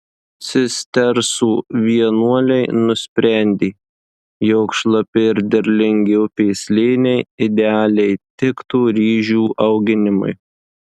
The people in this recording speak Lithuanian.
cistersų vienuoliai nusprendė jog šlapi ir derlingi upės slėniai idealiai tiktų ryžių auginimui